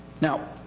Now